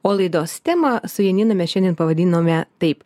o laidos temą su janina mes šiandien pavadinome taip